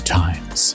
times